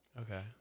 Okay